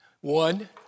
One